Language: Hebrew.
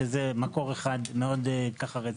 שזה מקור אחד שהוא רציני.